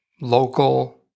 local